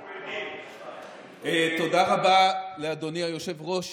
תודה רבה לאדוני היושב-ראש,